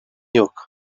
yok